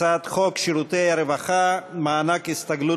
הצעת חוק שירותי רווחה (מענק הסתגלות